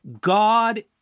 God